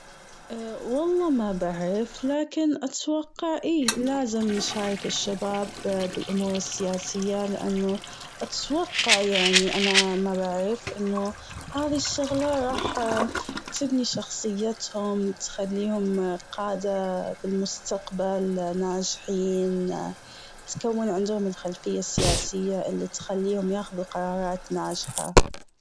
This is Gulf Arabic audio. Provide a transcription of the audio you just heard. والله ما بعرف لكن اتوقع إيه، لازم نشارك الشباب بالأمور السياسية لأنه اتوقع يعني أنا ما بعرف إنه هذي الشغلة رح تبني شخصيتهم تخليهم قادة المستقبل ناجحين. تكون عندهم الخلفية السياسية اللي تخليهم ياخدوا قرارات ناجحة.